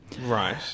Right